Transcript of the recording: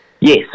yes